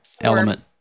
Element